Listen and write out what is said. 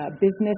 business